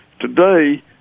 Today